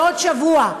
לעוד שבוע,